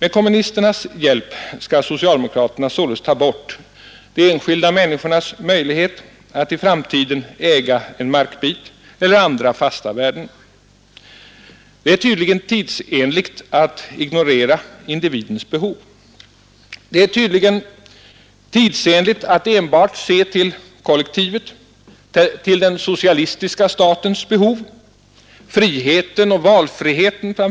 Med kommunisternas hjälp skall socialdemokraterna således ta bort de enskilda människornas möjlighet att i framtiden äga en markbit eller andra fasta värden. Det är tydligen tidsenligt att ignorera individens behov. Det är tydligen tidsenligt att enbart se till kollektivet, till den socialistiska statens behov. Friheten, och framför